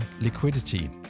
liquidity